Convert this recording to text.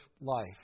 life